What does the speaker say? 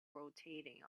rotating